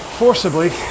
forcibly